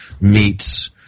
meets